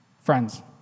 Friends